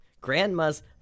grandma's